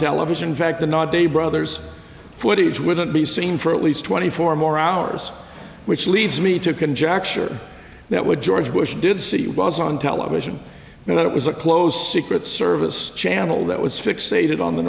television fact the not day brothers footage wouldn't be seen for at least twenty four more hours which leads me to conjecture that would george bush did see was on television and that it was a close secret service channel that was fixated on the